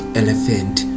elephant